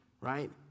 right